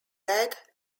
red